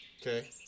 Okay